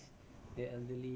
mm